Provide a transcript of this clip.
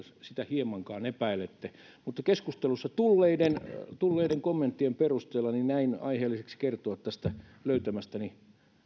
sitä hiemankaan epäilette mutta keskustelussa tulleiden tulleiden kommenttien perusteella näin aiheelliseksi kertoa tästä löytämästäni